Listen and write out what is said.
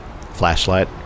flashlight